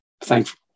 thankful